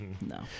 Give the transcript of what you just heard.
No